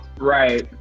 Right